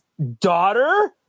daughter